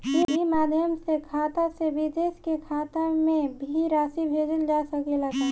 ई माध्यम से खाता से विदेश के खाता में भी राशि भेजल जा सकेला का?